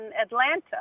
Atlanta